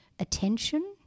attention